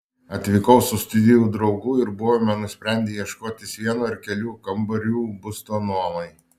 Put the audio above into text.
atvykau su studijų draugu ir buvome nusprendę ieškotis vieno ar kelių kambarių būsto nuomai